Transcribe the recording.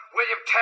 William